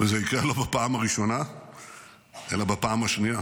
וזה יקרה לא בפעם הראשונה אלא בפעם השנייה.